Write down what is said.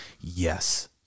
yes